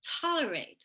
tolerate